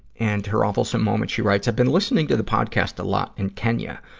and her awfulsome moment, she writes, i've been listening to the podcast a lot in kenya.